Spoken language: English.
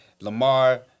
Lamar